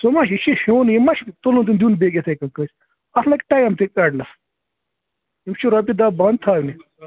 سُہ ما یہِ چھُ ہیٚوان یہِ ما چھُ تُلُن تہٕ دیُن بیٚیس اتنٮ۪س کٲنٛسہِ اَتھ لَگہِ ٹایم تہِ کَڈنَس یِم چھِ رۄپیہِ دَہ بنٛد تھاونہِ